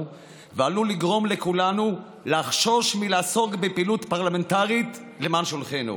ועלול לגרום לכולנו לחשוש מלעסוק בפעילות פרלמנטרית למען שולחינו.